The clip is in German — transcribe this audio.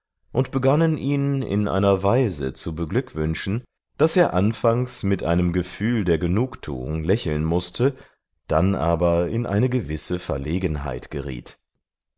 und begannen ihn in einer weise zu beglückwünschen daß er anfangs mit einem gefühl der genugtuung lächeln mußte dann aber in eine gewisse verlegenheit geriet